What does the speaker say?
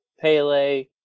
Pele